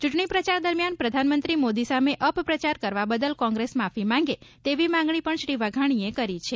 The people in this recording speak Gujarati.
ચૂંટણી પ્રચાર દરમ્યાન પ્રધાનમંત્રી મોદી સામે અપપ્રચાર કરવા બદલ કોંગ્રેસ માફી માંગે તેવી માંગણી પણ શ્રી વાઘાણીએ કરી છે